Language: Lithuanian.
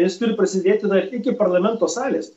jis turi prasidėti dar iki parlamento salės